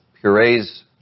purees